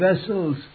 vessels